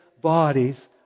bodies